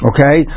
Okay